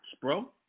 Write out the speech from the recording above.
bro